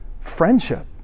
friendship